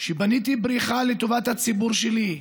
שבניתי בריכה לטובת הציבור שלי.